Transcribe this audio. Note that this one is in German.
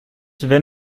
wenn